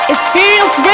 Experience